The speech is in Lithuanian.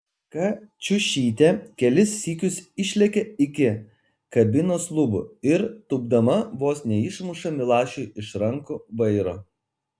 kačiušytė kelis sykius išlekia iki kabinos lubų ir tūpdama vos neišmuša milašiui iš rankų vairo